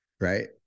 right